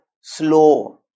slow